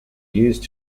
used